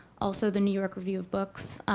also the new york review of books.